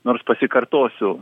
nors pasikartosiu